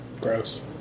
Gross